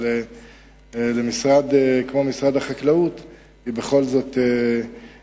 אבל למשרד כמו משרד החקלאות הוא בכל זאת בעייתי.